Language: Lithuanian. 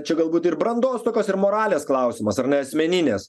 čia galbūt ir brandos tokios ir moralės klausimas ar ne asmeninės